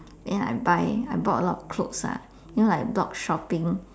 then I buy I bought a lot of clothes lah you know like blog shopping